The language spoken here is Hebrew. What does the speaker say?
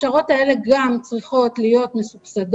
ההכשרות האלה גם צריכות להיות מסובסדות